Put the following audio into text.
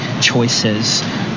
choices